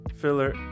filler